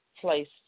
placed